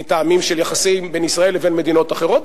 מטעמים של יחסים בין ישראל לבין מדינות אחרות,